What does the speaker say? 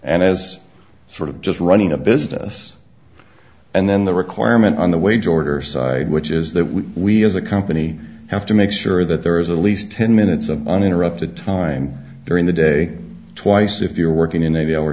and as sort of just running a business and then the requirement on the wage order side which is that we as a company have to make sure that there is a least ten minutes of uninterrupted time during the day twice if you're working in